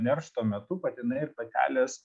neršto metu patinai patelės